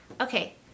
Okay